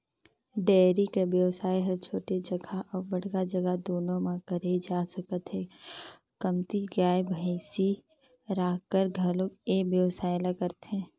dairy कर बेवसाय ह छोटे जघा अउ बड़का जघा दूनो म करे जा सकत हे, कमती गाय, भइसी राखकर घलोक ए बेवसाय ल करथे